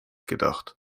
gedacht